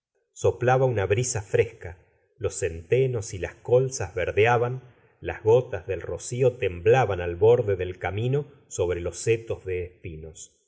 soplaba una brisa fresca los centenos y las colzas verdeaban las gotas del rocío temblaban al borde del camino sobre los setos de espinos